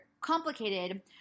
complicated